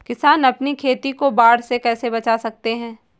किसान अपनी खेती को बाढ़ से कैसे बचा सकते हैं?